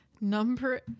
Number